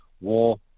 war